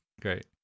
Great